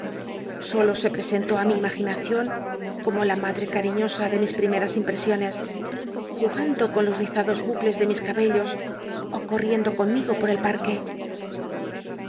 solo se presentó ü mi imaginacion como la mad re cal'iñosa de mis primctas impresiones jugando con los l'izados bucles de mis cabellos ó corticndo conmigo por el parque